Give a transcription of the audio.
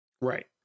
Right